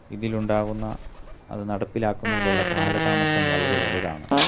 ഇതിലുണ്ടാകുന്ന അത് നടപ്പിലാക്കുന്നതിലുള്ള കാല താമസം വളരെ വലുതാണ്